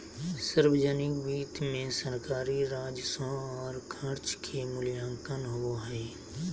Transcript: सावर्जनिक वित्त मे सरकारी राजस्व और खर्च के मूल्यांकन होवो हय